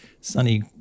sunny